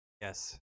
Yes